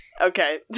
okay